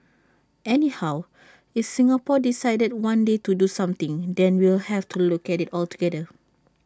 anyhow if Singapore decided one day to do something then we'll have to look at IT altogether